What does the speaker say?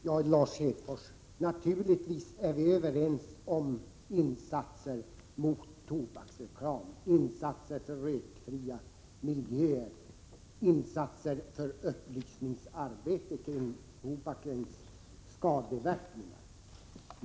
Herr talman! Naturligtvis, Lars Hedfors, är vi överens om insatser mot tobaksreklam, insatser för rökfria miljöer, insatser för upplysningsarbete mot tobakens skadeverkningar.